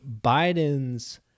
Biden's